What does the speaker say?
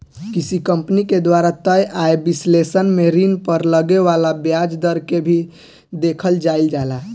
किसी कंपनी के द्वारा तय आय विश्लेषण में ऋण पर लगे वाला ब्याज दर के भी देखल जाइल जाला